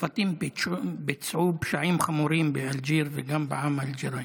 הצרפתים ביצעו פשעים חמורים באלג'יר וגם בעם האלג'ירי.